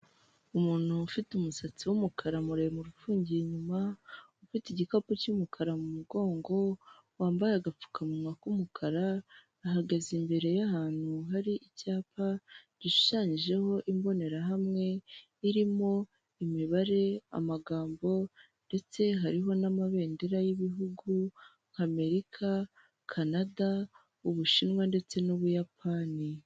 Umuntu ufite umusatsi w'umukara muremure ufungiye inyuma, ufite igikapu cy'umukara mu mugongo, wambaye agapfukamunwa k'umukara, ahagaze imbere y'ahantu hari icyapa, gishushanyijeho imbonerahamwe, irimo imibare, amagambo, ndetse hariho n'amabendera y'ibihugu, nk'amerika canada ubushinwa ndetse n'ubuyapani.